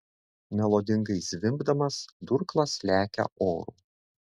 melodingai zvimbdamas durklas lekia oru